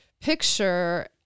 picture